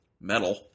metal